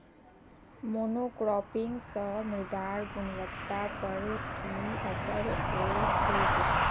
monocropping स मृदार गुणवत्ता पर की असर पोर छेक